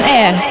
air